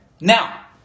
Now